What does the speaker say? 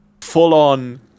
full-on